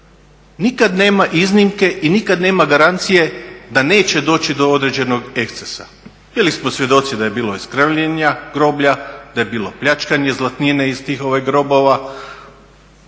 nikad nema iznimke i nikad nema garancije da neće doći do određenog ekscesa. Bili smo svjedoci da je bilo skrnavljenja groblja, da je bilo pljačkanje zlatnine iz tih grobova,